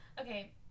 Okay